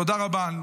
תודה רבה.